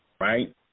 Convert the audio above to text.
right